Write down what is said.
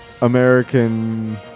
American